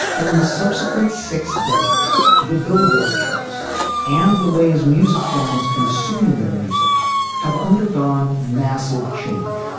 in the subsequent six decades. the billboard charts and the ways music fans consumed their music have undergone massive change,